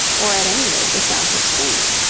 or at any rate the south of spain.